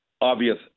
obvious